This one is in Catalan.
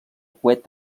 coet